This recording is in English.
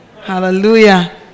Hallelujah